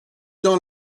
dans